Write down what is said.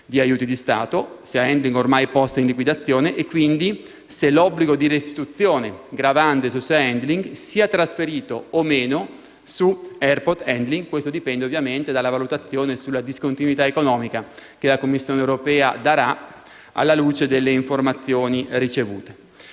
di aiuti di Stato - e quindi se l'obbligo di restituzione gravante su Sea Handling si sia trasferito o meno su Airport Handling. Questo dipende ovviamente dalla valutazione sulla discontinuità economica che la Commissione europea darà, alla luce delle informazioni ricevute.